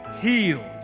healed